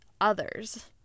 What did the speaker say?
others